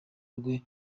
rwe